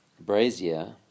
brazier